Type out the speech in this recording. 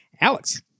Alex